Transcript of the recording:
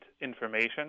information